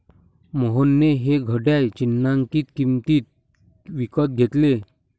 मोहनने हे घड्याळ चिन्हांकित किंमतीत विकत घेतले